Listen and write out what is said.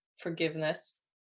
forgiveness